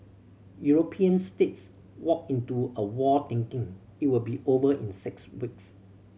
European states walked into a war thinking it will be over in six weeks